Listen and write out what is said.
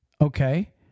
okay